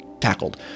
tackled